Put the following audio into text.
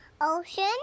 Ocean